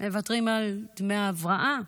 מוותרים על דמי ההבראה,